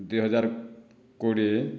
ଦୁଇ ହଜାର କୋଡ଼ିଏ